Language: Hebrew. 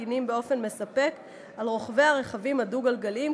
מגינים באופן מספק על רוכבי הרכבים הדו-גלגליים,